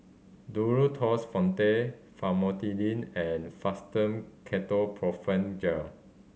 Duro Tuss Fonte Famotidine and Fastum Ketoprofen Gel